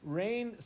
rain